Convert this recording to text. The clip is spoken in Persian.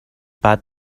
بعد